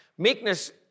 Meekness